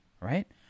right